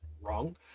wrong